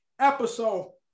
episode